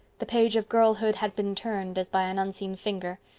the page of girlhood had been turned, as by an unseen finger,